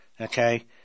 okay